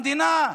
במדינה.